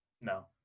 No